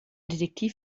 detektiv